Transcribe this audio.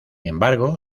embargo